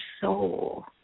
soul